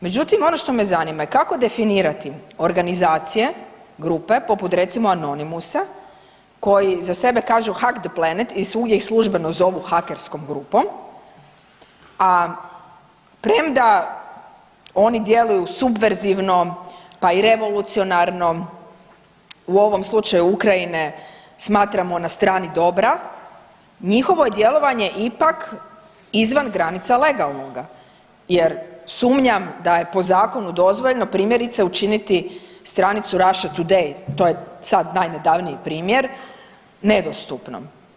Međutim, ono što me zanima kako definirati organizacije, grupe poput recimo Anonymous-a koji za sebe kažu Hack the Planet i svugdje ih službeno zovu hakerskom grupom, a premda oni djeluju subverzivno pa i revolucionarno u ovom slučaju Ukrajine smatramo na strani dobra, njihovo je djelovanje ipak izvan granica legalnoga jer sumnjam da je po zakonu dozvoljeno primjerice učiniti stranicu Russia Today to je sad najnedavniji primjer, nedostupnom.